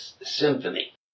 symphony